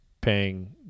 paying